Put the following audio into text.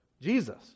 Jesus